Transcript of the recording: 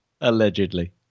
allegedly